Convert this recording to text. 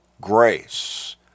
grace